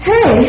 Hey